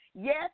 yes